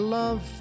love